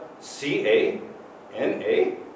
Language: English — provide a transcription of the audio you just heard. C-A-N-A